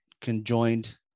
conjoined